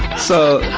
so,